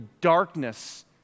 darkness